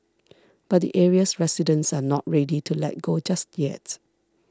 but the area's residents are not ready to let go just yet